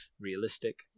Realistic